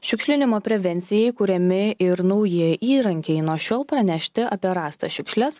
šiukšlinimo prevencijai kuriami ir nauji įrankiai nuo šiol pranešti apie rastas šiukšles